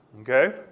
Okay